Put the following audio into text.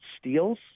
steals